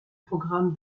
programme